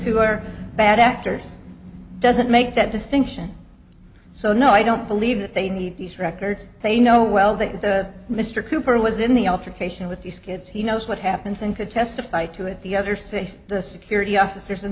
who are bad actors doesn't make that distinction so no i don't believe that they need these records they know well that mr cooper was in the altercation with these kids he knows what happens and could testify to it the other say the security officers in